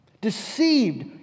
Deceived